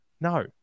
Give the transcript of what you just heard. No